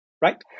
right